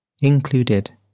included